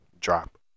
Drop